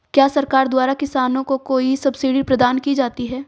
क्या सरकार द्वारा किसानों को कोई सब्सिडी प्रदान की जाती है?